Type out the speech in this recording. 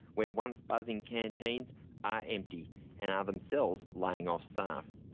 where once-buzzing canteens are empty and are themselves laying off staff.